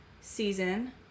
season